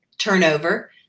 Turnover